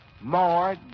More